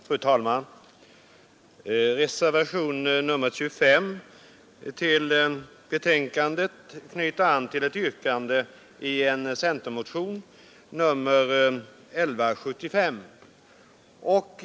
Fru talman! Reservationen 25 till betänkandet knyter an till ett yrkande i en centermotion, nr 1175.